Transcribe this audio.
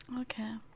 okay